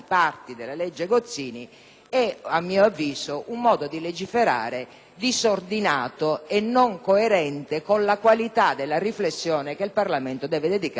è, a mio avviso, un modo di legiferare disordinato e non coerente con la qualità della riflessione che il Parlamento deve dedicare a questa materia.